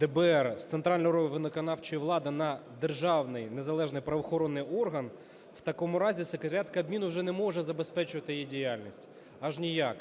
ДБР з центральної виконавчої влади на державний незалежний правоохоронний орган, в такому разі Секретаріат Кабміну вже не може забезпечувати її діяльність, аж ніяк.